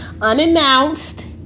unannounced